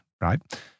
right